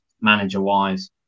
manager-wise